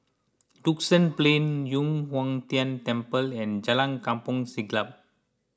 Duxton Plain Yu Huang Tian Temple and Jalan Kampong Siglap